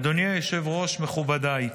אדוני היושב-ראש, מכובדיי,